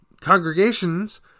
congregations